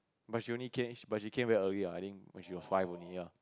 but she only came but she came very early ah I think when she was five only ya